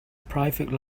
private